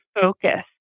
focus